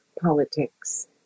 politics